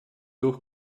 durch